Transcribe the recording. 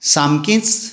सामकींच